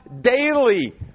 daily